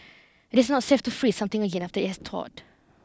it is not safe to freeze something again after it has thawed